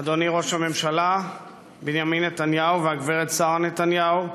אדוני ראש הממשלה בנימין נתניהו והגברת שרה נתניהו,